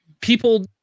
people